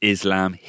Islam